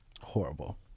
Horrible